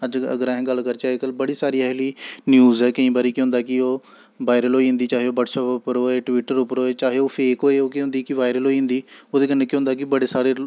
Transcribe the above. अज्ज अगर अगर अहें गल्ल करचै अजकल्ल बड़ी सारी एही जेही न्यूज ऐ केईं बारी केह् होंदा कि ओह् वायरल होई जंदी चाहे ओह् ब्हटसैप उप्पर होए ट्वीटर उप्पर होए चाहे ओह् फेक होए ओह् केह् होंदी कि वायरल होई जंदी ओह्दे कन्नै केह् होंदा कि बड़े सारे